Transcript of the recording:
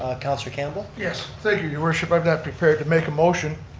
ah councilor campbell? yes, thank you, your worship. i'm not prepared to make a motion,